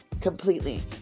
completely